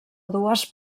dues